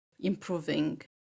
improving